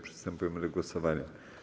Przystępujemy do głosowania.